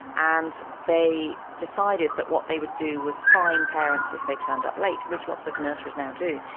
and they decided that what they would do was fine parents if they turned up late, which lots of nurseries now do,